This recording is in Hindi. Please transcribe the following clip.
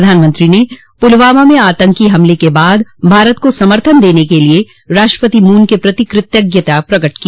प्रधानमंत्री ने पुलवामा में आतंकी हमले के बाद भारत को समर्थन देने के लिए राष्ट्रपति मून के प्रति कृतज्ञता प्रकट की